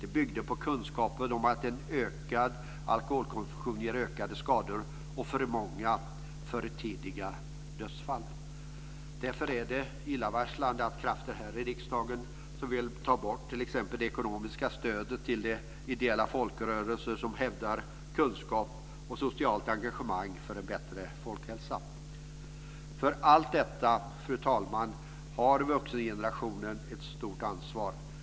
Det byggde på kunskapen om att en ökad alkoholkonsumtion ger ökade skador och för många för tidiga dödsfall. Därför är det illavarslande att krafter här i riksdagen vill ta bort t.ex. det ekonomiska stödet till de ideella folkrörelser som hävdar kunskap och socialt engagemang för en bättre folkhälsa. Fru talman! Vuxengenerationen har ett stort ansvar för allt detta.